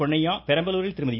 பொன்னையா பெரம்பலூரில் திருமதி